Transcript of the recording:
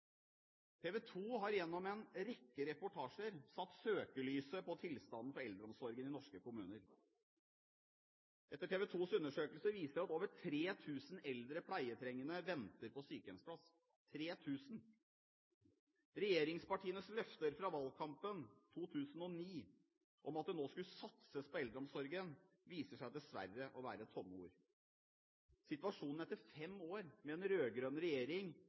2 har gjennom en rekke reportasjer satt søkelyset på tilstanden i eldreomsorgen i norske kommuner. TV 2s undersøkelse viser at over 3 000 eldre pleietrengende venter på sykehjemsplass. Regjeringspartienes løfter fra valgkampen 2009 om at det nå skulle satses på eldreomsorgen, viser seg dessverre å være tomme ord. Situasjonen etter fem år med en rød-grønn regjering